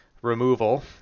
removal